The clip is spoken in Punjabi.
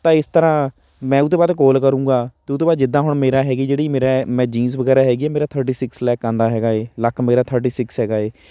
ਤਾਂ ਇਸ ਤਰ੍ਹਾਂ ਮੈਂ ਉਹ ਤੋਂ ਬਾਅਦ ਕੌਲ ਕਰੂੰਗਾ ਅਤੇ ਉਹ ਤੋਂ ਬਾਅਦ ਜਿੱਦਾਂ ਹੁਣ ਮੇਰਾ ਹੈਗੀ ਜਿਹੜਾ ਮੇਰਾ ਮੈਂ ਜੀਨਸ ਵਗੈਰਾ ਹੈਗੀ ਹੈ ਮੈਂ ਥਰਟੀ ਸਿਕਸ ਲੱਕ ਆਉਂਦਾ ਹੈਗਾ ਹੈ ਲੱਕ ਮੇਰਾ ਥਰਟੀ ਸਿਕਸ ਹੈਗਾ ਹੈ